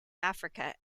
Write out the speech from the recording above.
africa